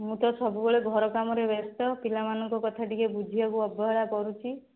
ମୁଁ ତ ସବୁବେଳେ ଘର କାମରେ ବ୍ୟସ୍ତ ପିଲାମାନଙ୍କ କଥା ଟିକିଏ ବୁଝିବାକୁ ଅବହେଳା କରୁଛି